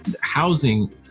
housing